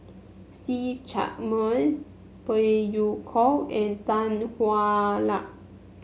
See Chak Mun Phey Yew Kok and Tan Hwa Luck